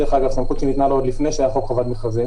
שהיא דרך אגב סמכות שניתנה לו עוד לפני שהיה חוק חובת מכרזים.